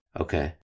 Okay